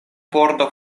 pordo